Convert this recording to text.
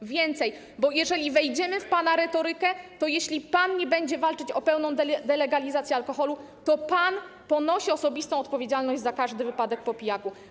Co więcej, jeżeli wejdziemy w pana retorykę, to jeśli pan nie będzie walczyć o pełną delegalizację alkoholu, to pan ponosi osobistą odpowiedzialność za każdy wypadek po pijaku.